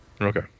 Okay